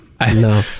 No